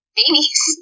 babies